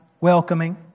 welcoming